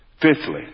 Fifthly